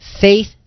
faith